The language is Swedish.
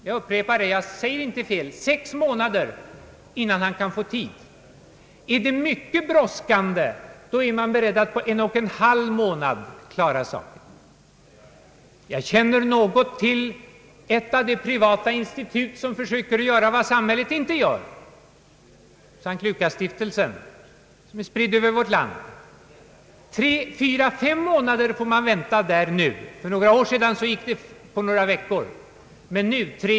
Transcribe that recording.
Jag upprepar det — jag säger inte fel — sex månader dröjer det innan han kan få tid. I mycket brådskande fall är man beredd att på en och en halv månad klara saken. Jag känner något till ett av de privata institut som försöker göra vad samhället inte gör, S:t Lukasstiftelsen, som är spridd över vårt land. Tre, fyra, fem månader får man vänta där. För några år sedan gick det på några veckor.